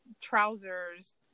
trousers